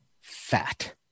fat